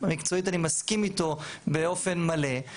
מקצועית אני מסכים איתו באופן מלא.